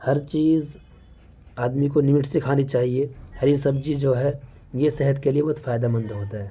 ہر چیز آدمی کو لمٹ سے کھانی چاہیے ہری سبزی جو ہے یہ صحت کے لیے بہت فائدہ مند ہوتا ہے